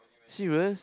serious